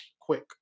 quick